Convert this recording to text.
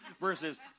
versus